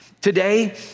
Today